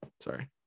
Sorry